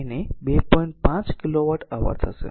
5 kilowatt hour થશે